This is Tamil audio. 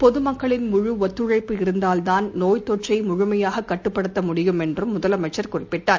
பொது மக்களின் முழு ஒத்துழைப்பு இருந்தால்தான் நோய் தொற்றை முழுமையாக கட்டுப்படுத்த முடியும் என்றும் முதலமைச்சர் குறிப்பிட்டார்